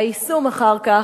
היישום אחר כך,